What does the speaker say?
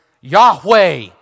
Yahweh